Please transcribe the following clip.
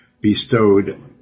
bestowed